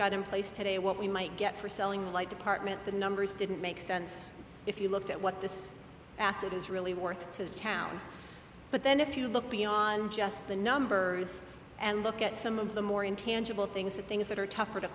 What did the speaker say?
got in place today what we might get for selling like department the numbers didn't make sense if you looked at what this asset is really worth to town but then if you look beyond just the numbers and look at some of the more intangible things the things that are tougher to